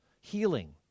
healing